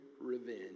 revenge